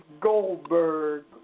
Goldberg